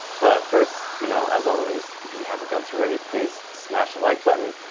but first you know, as always if you haven't done so already, please smash the like button,